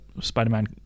Spider-Man